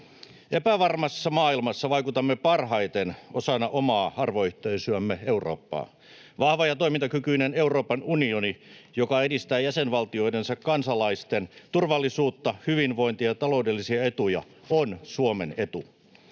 Epävarmassa maailmassa vaikutamme parhaiten osana omaa arvoyhteisöämme Eurooppaa. Vahva ja toimintakykyinen Euroopan unioni, joka edistää jäsenvaltioidensa kansalaisten turvallisuutta, hyvinvointia ja taloudellisia etuja, on Suomen etu.